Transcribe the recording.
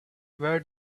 where